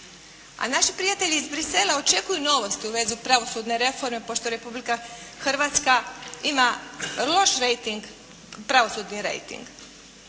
A naši prijatelji iz Bruxellesa očekuju novosti u vezi pravosudne reforme pošto Republika Hrvatska ima loš pravosudni rejting.